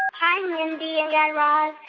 ah hi, mindy and guy raz.